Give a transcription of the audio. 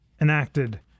enacted